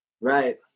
Right